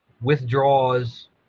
withdraws